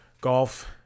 Golf